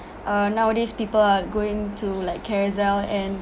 uh nowadays people are going to like carousell and